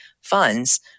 funds